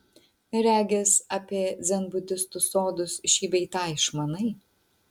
regis apie dzenbudistų sodus šį bei tą išmanai